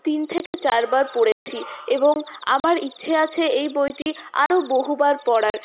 তিন থেকে চারবার পড়েছি এবং আমার ইচ্ছে আছে এই বইটি আরও বহুবার পড়ার